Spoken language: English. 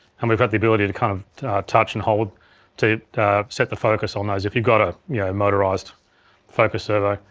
and we've got the ability to kind of touch and hold to set the focus on those if you've got a yeah motorized focus servo.